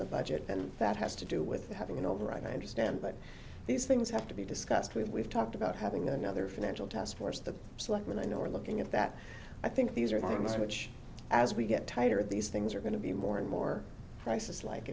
the budget and that has to do with having an override i understand but these things have to be discussed we've talked about having another financial taskforce the selectmen i know are looking at that i think these are things which as we get tighter these things are going to be more and more crisis like